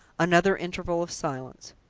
another interval of silence.